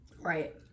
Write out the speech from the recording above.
right